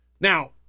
Now